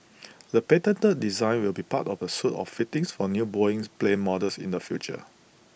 the patented designs will be part of A suite of fittings for new Boeing's plane models in the future